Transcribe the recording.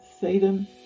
Satan